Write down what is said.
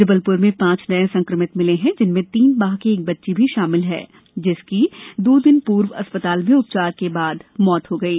जबलप्र में पांच नए संक्रमित मिलें हैं जिसमें तीन माह की एक बच्ची भी शामिल है जिसकी दो दिन पूर्व अस्पताल में उपचार के दौरान मृत्य् हो गयी